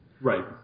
Right